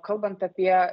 kalbant apie